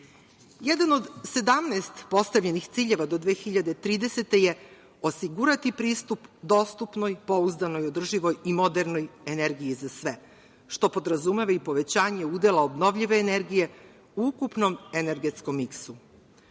od 17 postavljenih ciljeva do 2030. godine je osigurati pristup dostupnoj, pouzdanoj, održivoj i modernoj energiji za sve, što podrazumeva i povećanje udela obnovljive energije u ukupnom energetskom miksu. Budući